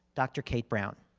dr. kate brown.